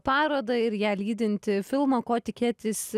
parodą ir ją lydintį filmą ko tikėtis